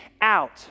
out